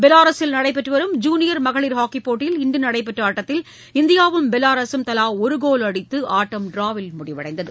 பெலாரஸில் நடைபெற்று வரும் ஜூனியர் மகளிர் ஹாக்கிப் போட்டியில் இன்று நடைபெற்ற ஆட்டத்தில் இந்தியாவும் பெலாரஸூம் தலா ஒருகோல் அடித்து ஆட்டம் டிராவில் முடிவடைந்தது